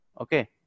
Okay